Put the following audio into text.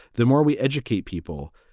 the more we educate people,